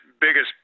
biggest